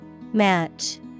Match